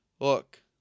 Look